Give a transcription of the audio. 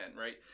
right